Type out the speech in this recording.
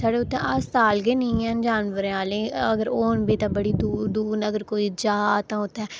साढ़े उत्थै अस्पताल गै निं हैन जानवरें आह्ले अगर होन बी तां बड़े दूर दूर न अगर कोई जा तां उत्थै